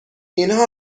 اینها